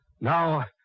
Now